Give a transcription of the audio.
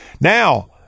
Now